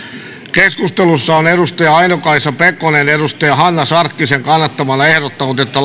keskustelussa on aino kaisa pekonen hanna sarkkisen kannattamana ehdottanut että